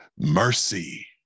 mercy